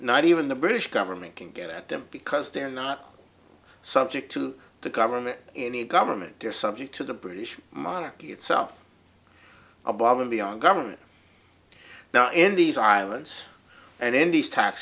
not even the british government can get at them because they're not subject to the government any government you're subject to the british monarchy itself above and beyond government now in these islands and envies ta